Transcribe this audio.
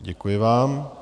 Děkuji vám.